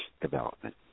development